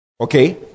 Okay